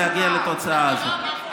להגיע לתוצאה הזאת.